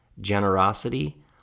generosity